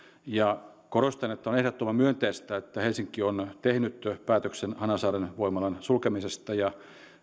ja korostan että on ehdottoman myönteistä että helsinki on tehnyt päätöksen hanasaaren voimalan sulkemisesta ja